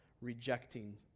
rejecting